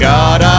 God